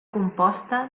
composta